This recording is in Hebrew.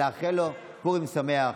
אלא לאחל לו פורים שמח.